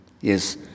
Yes